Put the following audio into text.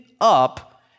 up